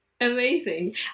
Amazing